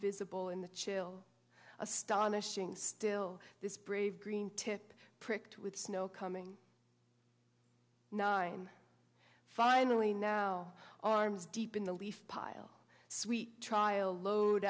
visible in the chill astonishing still this brave green tip pricked with snow coming nine finally now arms deep in the leaf pile sweet trial load